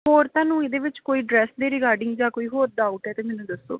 ਹੋਰ ਤੁਹਾਨੂੰ ਇਹਦੇ ਵਿੱਚ ਕੋਈ ਡਰੈੱਸ ਦੇ ਰਿਗਾਰਡਿੰਗ ਜਾਂ ਕੋਈ ਹੋਰ ਡਾਊਟ ਹੈ ਤਾਂ ਮੈਨੂੰ ਦੱਸੋ